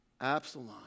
Absalom